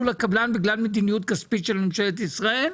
לקבלן בגלל מדיניות כספית של ממשלת ישראל?